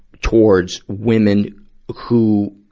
towards women who,